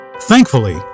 Thankfully